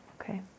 Okay